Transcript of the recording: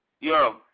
Yo